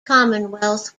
commonwealth